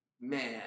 man